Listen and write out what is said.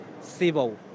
civil